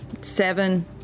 Seven